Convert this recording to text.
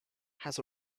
has